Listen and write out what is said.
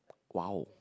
!wow!